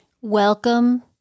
Welcome